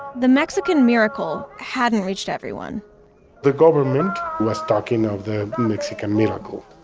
the mexican miracle hadn't reached everyone the government was talking of the mexican miracle,